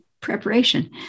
preparation